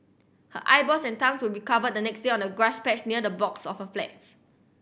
her eyeballs and tongues will be covered the next day on a grass patch near the blocks of a flats